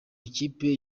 ikipe